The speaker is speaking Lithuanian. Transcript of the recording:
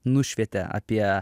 nušvietė apie